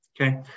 Okay